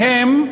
מהם,